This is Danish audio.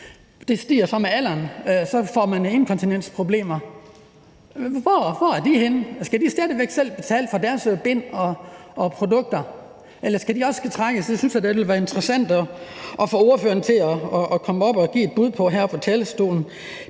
det stiger så med alderen, som får inkontinensproblemer. Hvor er de henne? Skal de stadig væk selv betale for deres bind og produkter? Eller skal de også kunne trække dem gratis? Det synes jeg da ville være interessant at få ordføreren til at komme op og give et bud på her fra talerstolen.